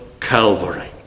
Calvary